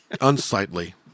unsightly